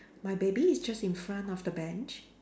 my baby is just in front of the bench